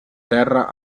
terra